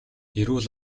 эрүүл